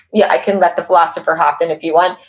yeah i can let the philosopher hop in if you want.